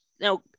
Now